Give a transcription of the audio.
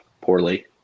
poorly